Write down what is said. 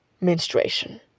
menstruation